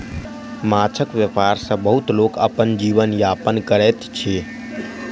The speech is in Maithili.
माँछक व्यापार सॅ बहुत लोक अपन जीवन यापन करैत अछि